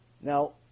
Now